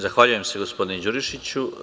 Zahvaljujem se, gospodine Đurišiću.